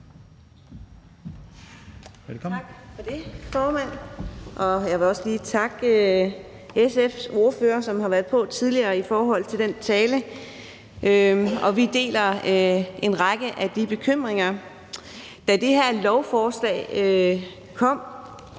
Tak for det, formand. Jeg vil også lige takke SF's ordfører, som har været på tidligere, for talen, og sige, at vi deler en række af de bekymringer. Da det her lovforslag kom,